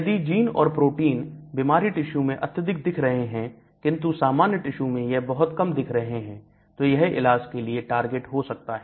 यदि जीन और प्रोटीन बीमारी टिश्यू में अत्यधिक दिख रहे हैं किंतु सामान्य टिश्यू में यह बहुत कम दिख रहे हैं तो यह इलाज के लिए टारगेट हो सकता है